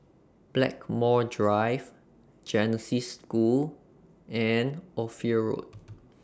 Blackmore Drive Genesis School and Ophir Road